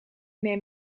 neem